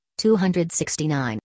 269